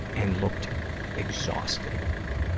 and looked exhausted.